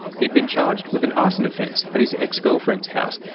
he'd been charged with an arson offence at his ex-girlfriend's house,